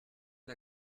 une